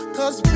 Cause